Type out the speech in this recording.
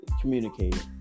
Communicate